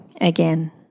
again